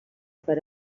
per